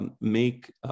make